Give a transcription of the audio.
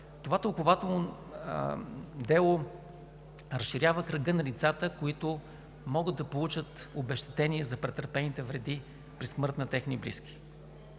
това тълкувателно дело разширява кръга на лицата, които могат да получат обезщетение за претърпените вреди при смърт на техни близки